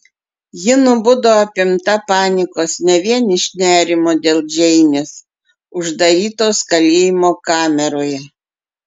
ji nubudo apimta panikos ne vien iš nerimo dėl džeinės uždarytos kalėjimo kameroje